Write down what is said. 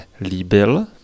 líbil